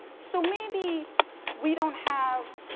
so, maybe we don't have,